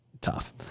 tough